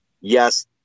Yes